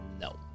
No